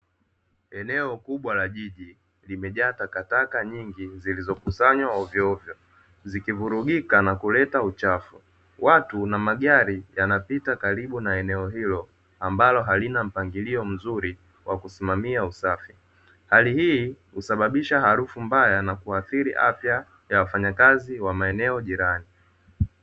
Eneo kubwa la jiji limejaa takataka nyingi zilizokusanywa hovyo hovyo, zikivurugika na kuleta uchafu watu na magari yanapita karibu na eneo hilo ambalo halina mpangilio mzuri wa kusimamia usafi. Hali hii usababisha harufu mbaya na kuathili afya ya wafanyakazi wa maeneo jirani.